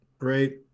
right